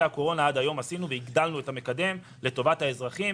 הקורונה והגדלנו את המקדם לטובת האזרחים,